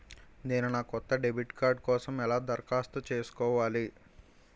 నేను నా కొత్త డెబిట్ కార్డ్ కోసం ఎలా దరఖాస్తు చేసుకోవాలి?